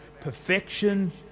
perfection